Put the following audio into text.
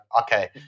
okay